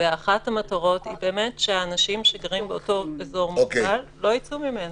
כשאחת המטרות של זה היא שאנשים שגרים באזור המוגבל לא יצאו ממנה.